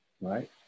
right